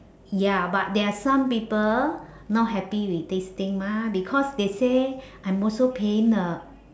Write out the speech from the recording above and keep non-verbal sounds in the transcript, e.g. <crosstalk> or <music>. ya but there are some people not happy with this thing mah because they say <breath> I'm also paying the